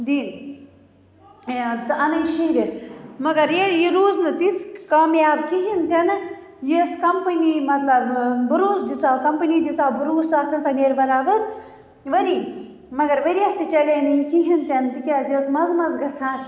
دِنۍ تہٕ اَنٕنۍ شیٖرِتھ مگر ییٚلہِ یہِ روٗز نہٕ تِژھ کامیاب کِہیٖنٛۍ تِنہٕ یہِ ٲسۍ کمپٔنی مَطلَب بَروس دِژاو کَمپٔنی دِژاو بَروس اتھ ہَسا نیرٕ بَرابر ؤری مگر ؤرۍیَس تہِ چلے نہٕ یہِ کہیٖنٛۍ تِنہٕ تکیٛاز یہِ ٲسۍ مَنٛزٕ مَنٛزٕ گَژھان